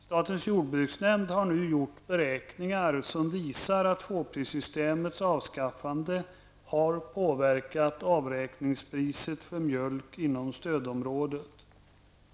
Statens jordbruksnämnd har gjort beräkningar som visar att tvåprissystemets avskaffande har påverkat avräkningspriset för mjölk inom stödområdet.